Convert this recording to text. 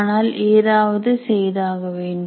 ஆனால் ஏதாவது செய்தாக வேண்டும்